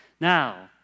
Now